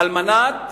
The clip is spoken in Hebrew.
בפועל על-ידי אותם